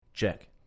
Check